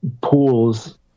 pools